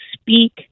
speak